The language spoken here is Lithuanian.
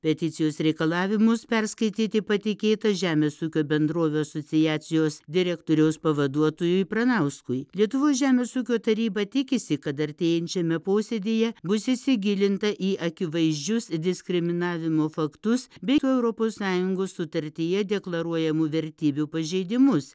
peticijos reikalavimus perskaityti patikėta žemės ūkio bendrovių asociacijos direktoriaus pavaduotojui pranauskui lietuvos žemės ūkio taryba tikisi kad artėjančiame posėdyje bus įsigilinta į akivaizdžius diskriminavimo faktus bei europos sąjungos sutartyje deklaruojamų vertybių pažeidimus